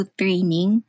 training